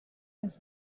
ens